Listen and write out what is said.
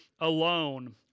alone